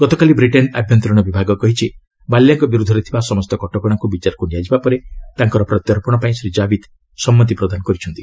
ଗତକାଲି ବ୍ରିଟେନ୍ ଆଭ୍ୟନ୍ତରୀଣ ବିଭାଗ କହିଛି ମାଲ୍ୟାଙ୍କ ବିରୁଦ୍ଧରେ ଥିବା ସମସ୍ତ ଘଟଣାକୁ ବିଚାରକୁ ନିଆଯିବା ପରେ ତାଙ୍କର ପ୍ରତ୍ୟର୍ପଣ ପାଇଁ ଶ୍ରୀ ଜାବିଦ ସମ୍ମତି ପ୍ରଦାନ କରିଛନ୍ତି